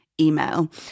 email